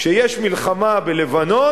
כשיש מלחמה בלבנון,